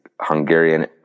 Hungarian